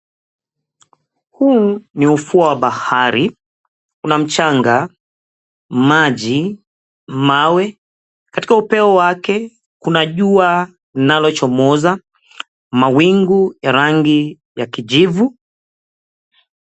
Huu ni ufuo wa bahari, kuna mchanga, mawe, maji, katika upeo wake kuna jua linalochomoza, mawingu ya rangi ya kijivu.